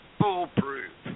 foolproof